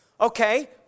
Okay